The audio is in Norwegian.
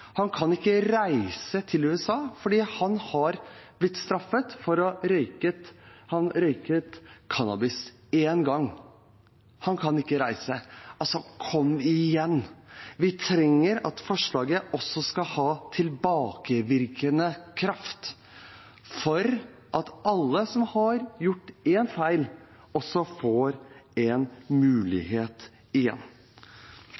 Han kan ikke reise til USA fordi han har blitt straffet for å røyke. Han røykte cannabis én gang. Han kan ikke reise. Kom igjen – vi trenger at forslaget også skal ha tilbakevirkende kraft, for at alle som har gjort én feil, får en